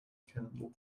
candle